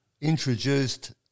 introduced